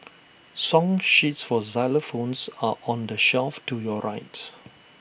song sheets for xylophones are on the shelf to your right